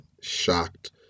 shocked